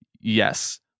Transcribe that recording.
Yes